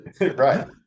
right